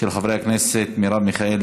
של חברי הכנסת מרב מיכאלי,